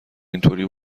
اینطوری